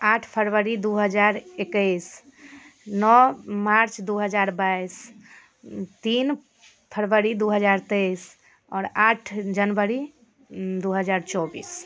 आठ फरवरी दुइ हजार एकैस नओ मार्च दुइ हजार बाइस तीन फरवरी दुइ हजार तेइस आओर आठ जनवरी दुइ हजार चौबिस